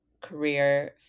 career